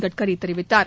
கட்சரி தெரிவித்தார்